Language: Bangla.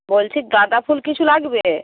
বলছি গাঁদা ফুল কিছু লাগবে